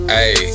Hey